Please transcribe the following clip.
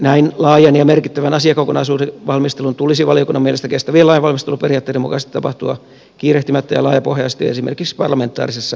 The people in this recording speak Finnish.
näin laajan ja merkittävän asiakokonaisuuden valmistelun tulisi valiokunnan mielestä kestävien lainvalmisteluperiaatteiden mukaisesti tapahtua kiirehtimättä ja laajapohjaisesti esimerkiksi parlamentaarisessa komiteassa